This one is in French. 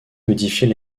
modifier